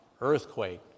earthquake